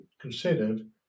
considered